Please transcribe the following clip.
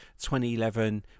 2011